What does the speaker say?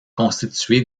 constituée